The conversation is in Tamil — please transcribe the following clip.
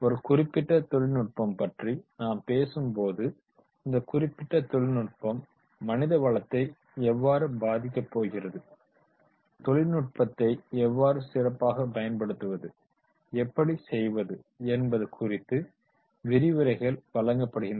ஒரு குறிப்பிட்ட தொழில்நுட்பம் பற்றி நாம் பேசும் போது இந்த குறிப்பிட்ட தொழில்நுட்பம் மனித வளத்தை எவ்வாறு பாதிக்கப் போகிறது தொழில்நுட்பத்தை எவ்வாறு சிறப்பாக பயன்படுத்துவது எப்படி செய்வது என்பது குறித்து விரிவுரைகள் வழங்கப்படுகின்றன